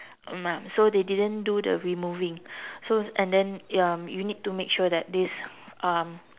mm ah so they didn't do the removing so and then ya you need to make sure that this um